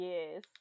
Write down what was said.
Yes